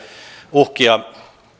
uhkia